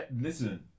Listen